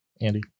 Andy